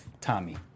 Tommy